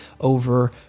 over